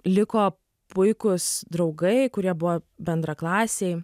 liko puikūs draugai kurie buvo bendraklasiai